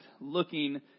looking